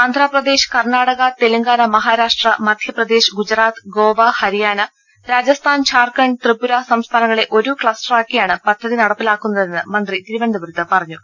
ആന്ധ്രപ്രദേശ് കർണാടക തെലങ്കാ ന മഹാരാഷ്ട്ര മധ്യപ്രദേശ് ഗുജറാത്ത് ഗോവ ഹരിയാന രാജ സ്ഥാൻ ഝാർഖണ്ഡ് ത്രിപുര സംസ്ഥാനങ്ങളെ ഒരു ക്ലസ്റ്ററാക്കി യാണ് പദ്ധതി നടപ്പിലാക്കുന്നതെന്ന് മുന്ത്രി തിരുവനന്തപുരത്ത് പറഞ്ഞു